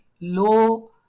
low